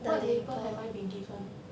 what label have I been given